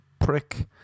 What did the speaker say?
prick